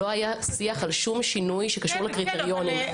לא היה שיח על שום שינוי שקשור לקריטריונים.